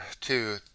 Two